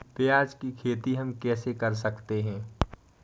प्याज की खेती हम कैसे कर सकते हैं?